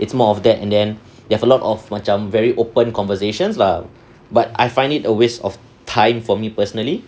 it's more of that and then they have a lot of macam very open conversations lah but I find it a waste of time for me personally